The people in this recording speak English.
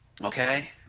Okay